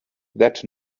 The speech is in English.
that